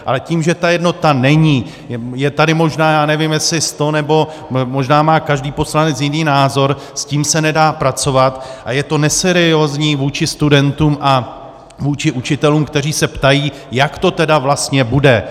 Ale tím, že ta jednota není, je tady možná, já nevím, jestli sto, možná má každý poslanec jiný názor, s tím se nedá pracovat a je to neseriózní vůči studentům a vůči učitelům, kteří se ptají, jak to teda vlastně bude.